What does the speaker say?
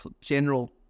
general